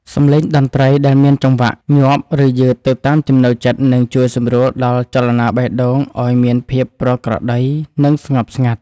សម្លេងតន្ត្រីដែលមានចង្វាក់ញាប់ឬយឺតទៅតាមចំណូលចិត្តនឹងជួយសម្រួលដល់ចលនាបេះដូងឱ្យមានភាពប្រក្រតីនិងស្ងប់ស្ងាត់។